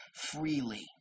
freely